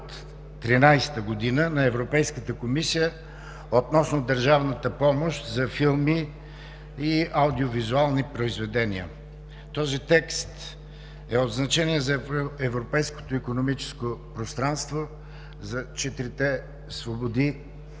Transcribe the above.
Този текст е от значение за европейското икономическо пространство за четирите свободи